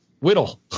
whittle